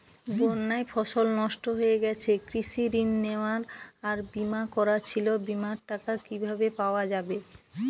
বন্যায় ফসল নষ্ট হয়ে গেছে কৃষি ঋণ নেওয়া আর বিমা করা ছিল বিমার টাকা কিভাবে পাওয়া যাবে?